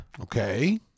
okay